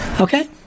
Okay